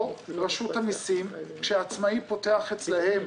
או רשות המסים - כשעצמאי פותח אצלם תיק,